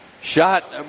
Shot